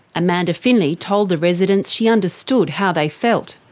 amanda findley told the residents she understood how they felt.